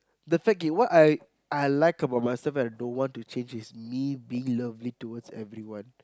the fact is what I I like about myself I don't want to change is me being lovely towards everyone